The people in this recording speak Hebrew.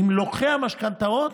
עם לוקחי המשכנתאות,